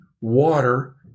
water